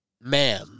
man